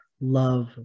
love